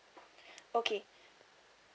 okay